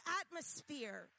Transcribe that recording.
atmosphere